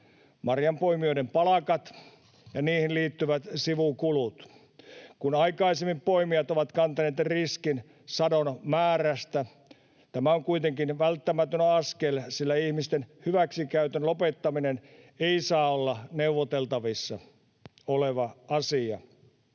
marjanpoimijoiden palkat ja niihin liittyvät sivukulut. Kun aikaisemmin poimijat ovat kantaneet riskin sadon määrästä, tämä on kuitenkin välttämätön askel, sillä ihmisten hyväksikäytön lopettaminen ei saa olla neuvoteltavissa oleva asia.